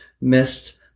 missed